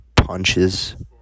punches